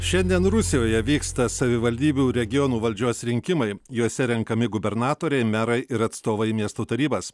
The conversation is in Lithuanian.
šiandien rusijoje vyksta savivaldybių regionų valdžios rinkimai juose renkami gubernatoriai merai ir atstovai į miestų tarybas